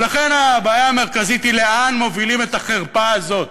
ולכן הבעיה המרכזית היא לאן מובילים את החרפה הזאת.